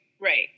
right